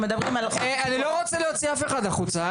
אנחנו מדברים על --- אני לא רצה להוציא אף אחד החוצה.